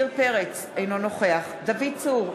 אינו נוכח דוד צור,